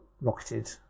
rocketed